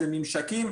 זה ממשקים.